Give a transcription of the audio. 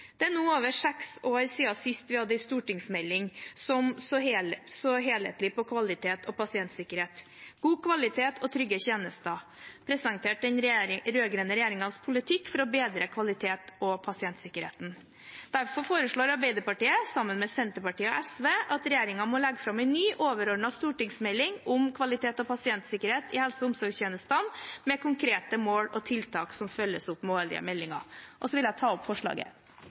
Det er nå over seks år siden sist vi hadde en stortingsmelding som så helhetlig på kvalitet og pasientsikkerhet. «God kvalitet – trygge tjenester» presenterte den rød-grønne regjeringens politikk for å bedre kvalitet og pasientsikkerheten. Derfor foreslår Arbeiderpartiet, sammen med Senterpartiet og SV, at regjeringen legger fram en ny, overordnet stortingsmelding om kvalitet og pasientsikkerhet i helse- og omsorgstjenestene, med konkrete mål og tiltak som følges opp med årlige meldinger. Jeg vil ta opp forslaget.